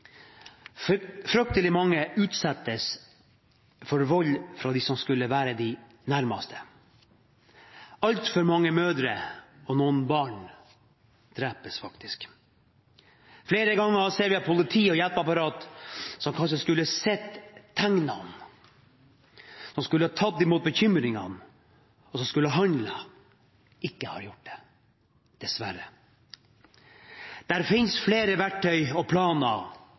vold. Fryktelig mange utsettes for vold fra dem som skulle være de nærmeste. Altfor mange mødre, og noen barn, drepes faktisk. Flere ganger ser vi at politi og hjelpeapparat som kanskje skulle sett tegnene, som skulle tatt imot bekymringene, og som skulle handlet, ikke har gjort det – dessverre. Det finnes flere verktøy og planer